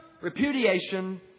repudiation